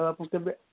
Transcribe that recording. ଆଉ ଆପଣ କେବେ